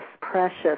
precious